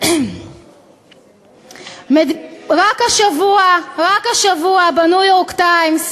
רק השבוע ב"ניו-יורק טיימס",